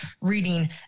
reading